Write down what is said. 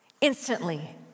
Instantly